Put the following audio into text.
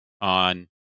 on